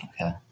Okay